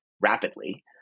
rapidly